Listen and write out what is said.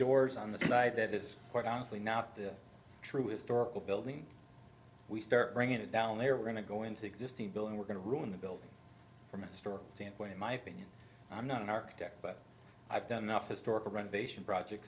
doors on the side that is quite honestly not true historical building we start bringing it down they are going to go into existing building we're going to ruin the building from a store standpoint in my opinion i'm not an architect but i've done enough historical renovation project